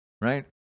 right